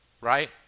right